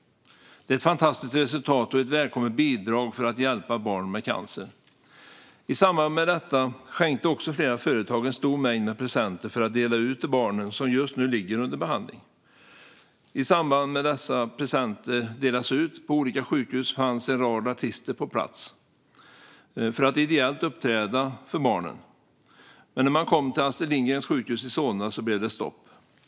Det är ett fantastiskt resultat och ett välkommet bidrag för att hjälpa barn med cancer. I samband med detta skänkte också flera företag en stor mängd presenter för att dela ut till barn som just nu ligger under behandling. I samband med att dessa presenter delades ut på olika sjukhus fanns en rad artister på plats för att ideellt uppträda för barnen, men när man kom till Astrid Lindgrens sjukhus i Solna blev det stopp.